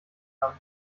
einem